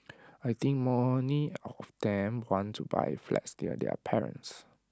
I think many of them want to buy flats near their parents